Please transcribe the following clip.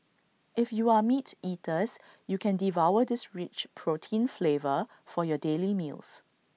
if you are meat eaters you can devour this rich protein flavor for your daily meals